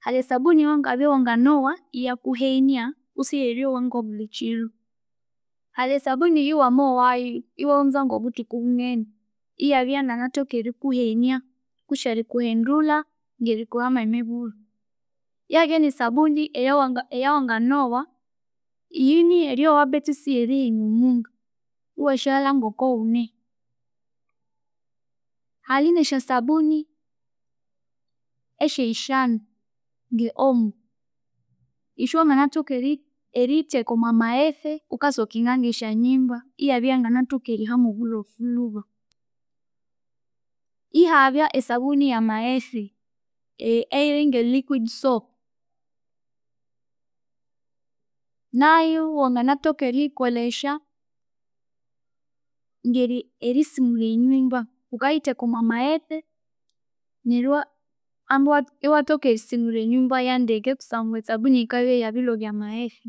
Hali esabuni eyawangabya wanganowa iyakuhenia kuse eyeryowa bulikyiro. Hali esabuni eyo wamoghayu iwawunza ngobuthuku bunene iyabya yanganathoka erikuhenia kusi erikuhendulha ngerikwiha mwemiburu. Ihabya nesabuni eyawanginowa iyo niyeryowa betu siyerihenia mundu iwasyighalha ngokuwune. Haliho esyasabuni esyesyanu nge omo isyu wanginathoka eri- eritheka omwamaghetse wukasoakinga ngesyangyimba iyabya yanginathoka eriha mwoburofu lhuba. Ihabya esabuni yamaghetse e- eyiringa liquide soap nayu wanginathoka eriyikolesya ngeri erisimura enyumba. Wukayitheka omwamaghetse neru iwa ambi iwathoka erisimura enyumba yandeke kusangwa esabuni yikabya iyabilhobya amaghetse.